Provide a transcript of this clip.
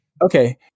Okay